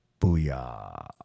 Booyah